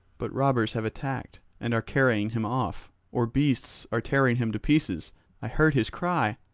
but robbers have attacked and are carrying him off, or beasts are tearing him to pieces i heard his cry.